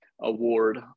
award